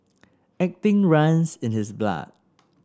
acting runs in his blood